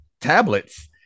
tablets